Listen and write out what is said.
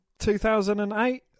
2008